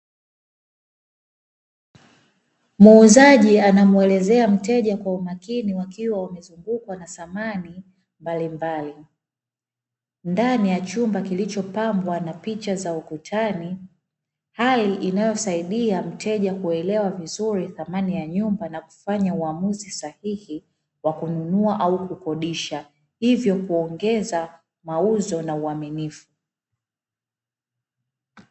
Muuzaji anamwelezea mteja kwa umakini wakiwa na samani ya chumba kilichopangwa na picha za ukutani, hali inayosaidia mteja kuelewa vizuri thamani ya nyumba na kufanya uamuzi sahihi wa kununua au kukodisha hivyo kuongeza mauzo na uaminifu